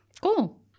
Cool